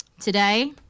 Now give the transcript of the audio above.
today